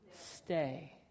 Stay